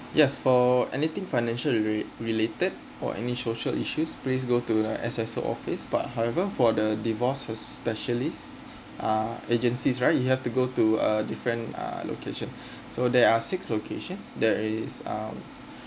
yes for anything financially re~ related or any social issues please go to like S_S_O please but however for the divorces specialist uh agencies right you have to go to uh different uh location so there are six location there is um